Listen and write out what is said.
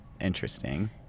interesting